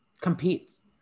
competes